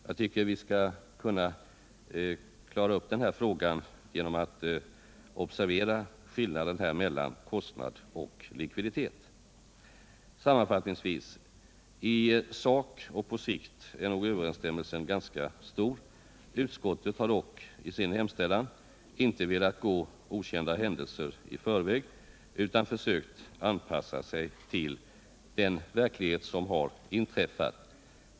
Jag tycker att vi skall klara upp den frågan genom att observera skillnaden här mellan kostnad och likviditet. Sammanfattningsvis: I sak och på sikt är nog överensstämmelsen ganska stor. Utskottet har dock i sin hemställan inte velat gå okända händelser i förväg utan försökt anpassa sig till den verklighet som har inträffat.